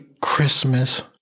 Christmas